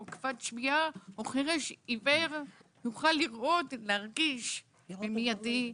כבד השמיעה או החירש-עיוור יוכל לראות או להרגיש במיידי,